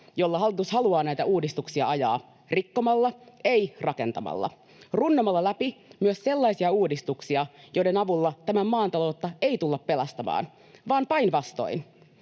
jolla hallitus haluaa näitä uudistuksia ajaa: rikkomalla, ei rakentamalla — runnomalla läpi myös sellaisia uudistuksia, joiden avulla tämän maan taloutta ei tulla pelastamaan, vaan päinvastoin.